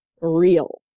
real